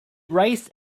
raised